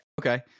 okay